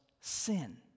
sin